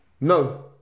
No